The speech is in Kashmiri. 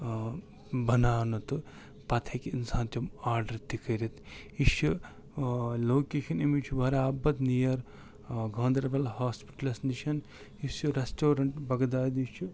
ٲں بناونہٕ تہٕ پَتہٕ ہیٚکہِ اِنسان تِم آرڈر تہِ کٔرِتھ یہِ چھِ ٲں لوکیشَن امچ برابر نیَر ٲں گاندربل ہاسپِٹلَس نِشَن یُس یہِ ریٚسٹورنٛٹ بَغدادی چھُ